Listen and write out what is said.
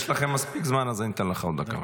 יש לכם מספיק זמן, אז אני אתן לך עוד דקה.